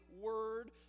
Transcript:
word